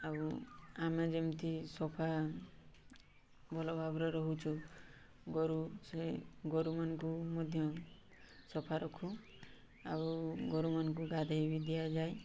ଆଉ ଆମେ ଯେମିତି ସଫା ଭଲ ଭାବରେ ରହୁଛୁ ଗୋରୁ ସେ ଗୋରୁମାନଙ୍କୁ ମଧ୍ୟ ସଫା ରଖୁ ଆଉ ଗୋରୁମାନଙ୍କୁ ଗାଧୋଇ ବି ଦିଆଯାଏ